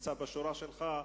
שנמצא בשורה שלך,